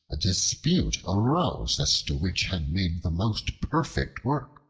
a dispute arose as to which had made the most perfect work.